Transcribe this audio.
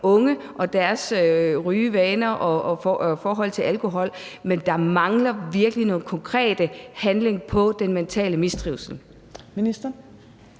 unge og deres rygevaner og forhold til alkohol, men der mangler virkelig noget konkret handling i forhold til den mentale mistrivsel.